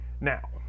Now